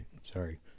sorry